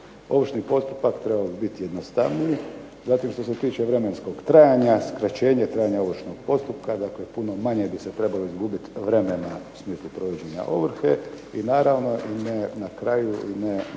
ovršni postupak trebao bi biti jednostavniji, zatim što se tiče vremenskog trajanja – skraćenje trajanja ovršnog postupka, dakle puno manje bi se trebalo izgubiti vremena u smislu provođenja ovrhe i naravno ne na kraju i ne manje